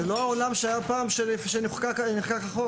זה לא העולם שהיה פעם כשנחקק החוק.